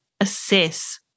assess